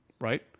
right